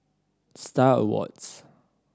Star Awards